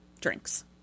drinks